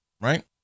right